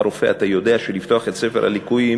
אתה רופא, אתה יודע שלפתוח את "ספר הליקויים"